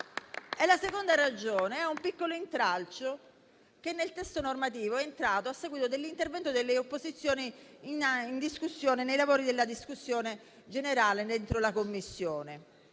La seconda ragione è un piccolo intralcio che nel testo normativo è entrato a seguito dell'intervento delle opposizioni nel corso della discussione generale in Commissione,